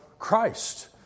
Christ